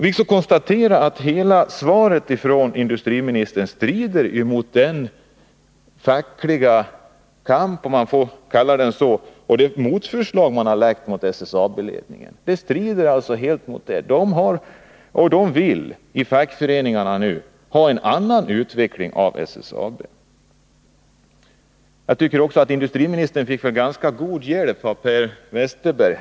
Vi får konstatera att svaret från industriministern helt strider mot den fackliga kampen —- om man får kalla den så — och det motförslag mot SSAB-ledningen som har lagts fram. Inom fackföreningarna vill man nu ha en annan utveckling av SSAB. Industriministern fick ganska god hjälp av Per Westerberg.